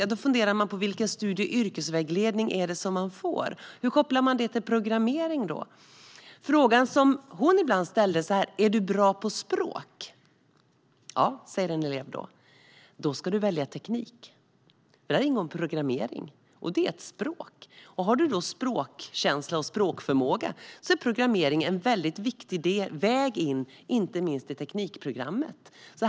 Man funderade på vilken studie och yrkesvägledning som gavs och hur man kunde koppla den till programmering. Frågan som hon ibland ställde var: Är du bra på språk? Ja, svarade en elev då. Då ska du välja teknik, för där ingår programmering, och det är ett språk, sa hon. Har du språkkänsla och språkförmåga är programmering en mycket viktig väg in i inte minst teknikprogrammet.